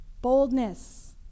boldness